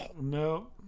no